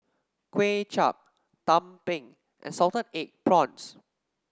Kuay Chap Tumpeng and Salted Egg Prawns